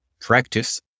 practice